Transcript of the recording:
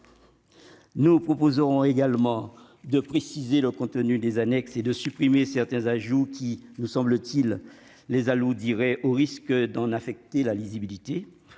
Nous proposerons également de préciser le contenu des annexes et de supprimer certains ajouts, qui, nous semble-t-il, les alourdiraient au risque d'en affecter la lisibilité.